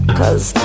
cause